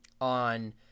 on